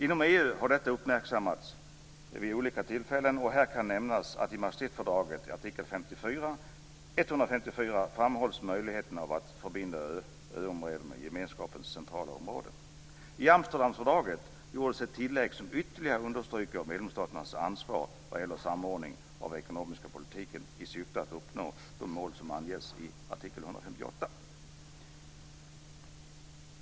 Inom EU har detta uppmärksammats vid olika tillfällen, och här kan nämnas att i Maastrichtfördraget, artikel 154, framhålls möjligheten att förbinda öområden med gemenskapens centrala områden. I Amsterdamfördraget gjordes ett tillägg som ytterligare understryker medlemsstaternas ansvar vad gäller samordning av den ekonomiska politiken i syfte att uppnå de mål som angetts i artikel 158.